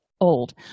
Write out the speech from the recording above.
old